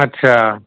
अच्छा